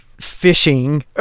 fishing